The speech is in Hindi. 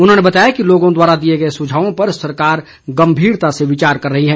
उन्होंने बताया कि लोगों द्वारा दिए गए सुझावों पर सरकार गंभीरता से विचार कर रही है